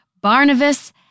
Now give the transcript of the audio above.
Barnabas